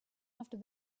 after